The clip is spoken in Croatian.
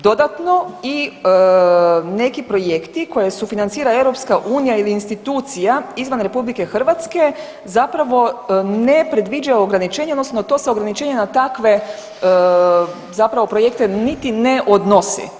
Dodatno i neki projekti koje sufinancira EU ili institucija izvan RH zapravo ne predviđa ograničenje odnosno to se ograničenje na takve projekte niti ne odnosi.